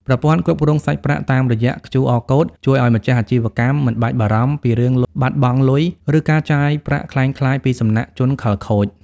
ប្រព័ន្ធគ្រប់គ្រងសាច់ប្រាក់តាមរយៈ QR Code ជួយឱ្យម្ចាស់អាជីវកម្មមិនបាច់បារម្ភពីរឿងបាត់បង់លុយ ឬការចាយប្រាក់ក្លែងក្លាយពីសំណាក់ជនខិលខូច។